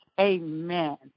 amen